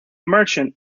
merchant